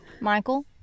Michael